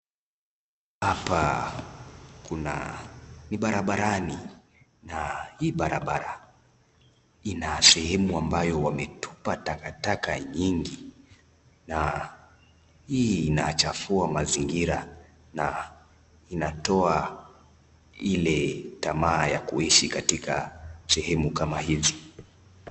Hapa kuna ni barabarani. Na hii barabara ina sehemu ambayo wametupa takataka nyingi na hii inachafua mazingira . Na inatoa ile tamaa ya kuishi katika sehemu kama hizi.